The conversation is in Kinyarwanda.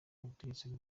ubutegetsi